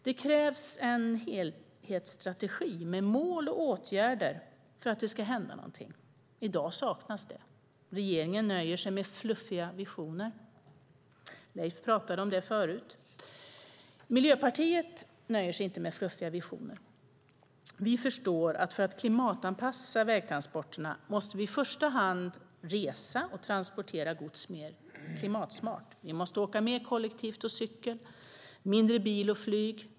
Det krävs en helhetsstrategi med mål och åtgärder för att det ska hända något. I dag saknas en sådan strategi. Regeringen nöjer sig med fluffiga visioner. Miljöpartiet nöjer sig inte med fluffiga visioner. Vi förstår att för att klimatanpassa vägtransporterna måste vi i första hand resa och transportera gods mer klimatsmart. Vi måste åka mer kollektivt och med cykel och mindre med bil och flyg.